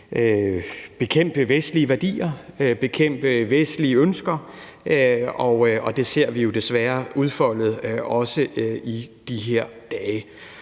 bekæmpe vestlige værdier og bekæmpe vestlige ønsker, og det ser vi jo desværre også udfoldet i de her dage.